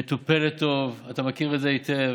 מטופלת טוב, אתה מכיר את זה היטב.